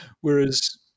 Whereas